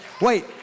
wait